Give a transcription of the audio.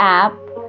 app